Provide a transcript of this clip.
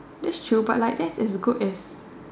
that's true but like that's as good as